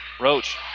Roach